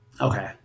Okay